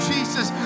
Jesus